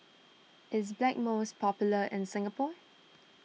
is Blackmores popular in Singapore